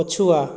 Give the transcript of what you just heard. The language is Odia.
ପଛୁଆ